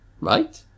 right